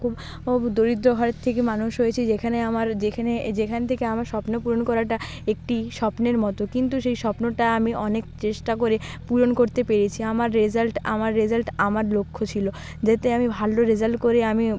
খুব দরিদ্র ঘরের থেকে মানুষ হয়েছি যেখানে আমার যেখানে যেখান থেকে আমার স্বপ্ন পূরণ করাটা একটি স্বপ্নের মতো কিন্তু সেই স্বপ্নটা আমি অনেক চেষ্টা করে পূরণ করতে পেরেছি আমার রেজাল্ট আমার রেজাল্ট আমার লক্ষ্য ছিলো যাতে আমি ভালো রেজাল্ট করে আমি